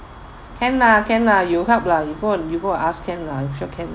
can lah can lah you help lah you go and you go and ask can lah you sure can